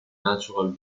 natural